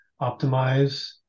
optimize